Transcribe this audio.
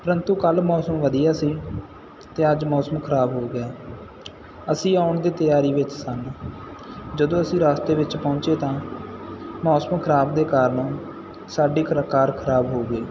ਪ੍ਰੰਤੂ ਕੱਲ੍ਹ ਮੌਸਮ ਵਧੀਆ ਸੀ ਅਤੇ ਅੱਜ ਮੌਸਮ ਖਰਾਬ ਹੋ ਗਿਆ ਅਸੀਂ ਆਉਣ ਦੀ ਤਿਆਰੀ ਵਿੱਚ ਸਨ ਜਦੋਂ ਅਸੀਂ ਰਸਤੇ ਵਿੱਚ ਪਹੁੰਚੇ ਤਾਂ ਮੌਸਮ ਖਰਾਬ ਦੇ ਕਾਰਨ ਸਾਡੀ ਖਰ ਕਾਰ ਖਰਾਬ ਹੋ ਗਈ